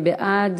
מי בעד?